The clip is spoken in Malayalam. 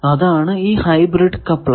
അതാണ് ഈ ഹൈബ്രിഡ് കപ്ലർ